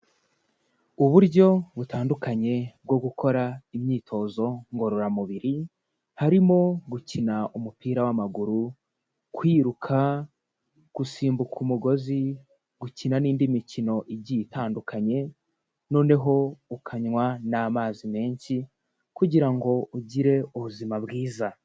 Uburyo butandukanye bwo gukora imyitozo ngororamubiri, harimo gukina umupira w'amaguru, kwiruka, gusimbuka umugozi, gukina n'indi mikino igiye itandukanye, noneho ukanywa n'amazi menshi kugira ngo ugire ubuzima bwiza.